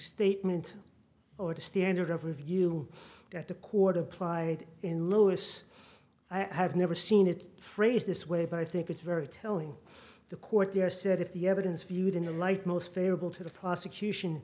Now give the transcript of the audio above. statement or the standard of review that the court applied in lois i have never seen it phrased this way but i think it's very telling the court there said if the evidence viewed in the light most favorable to the prosecution